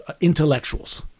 intellectuals